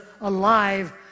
alive